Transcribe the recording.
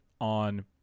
on